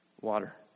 water